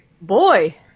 Boy